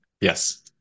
Yes